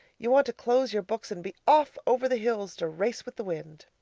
you want to close your books and be off over the hills to race with the wind.